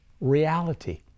reality